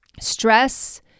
stress